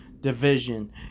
division